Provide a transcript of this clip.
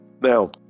now